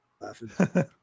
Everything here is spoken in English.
laughing